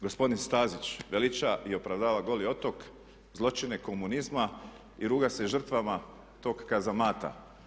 Gospodin Stazić veliča i opravdava Goli otok, zločine komunizma i ruga se žrtvama tog kazamata.